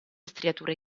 striature